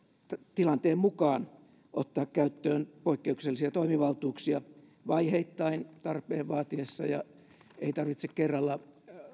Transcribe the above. tilanteen mukaan ottaa käyttöön poikkeuksellisia toimivaltuuksia vaiheittain tarpeen vaatiessa ja ei tarvitse kerralla